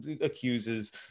accuses